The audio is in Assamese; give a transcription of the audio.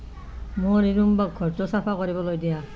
মোৰ ইৰুম্বাক ঘৰটো চাফা কৰিবলৈ দিয়া